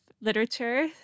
literature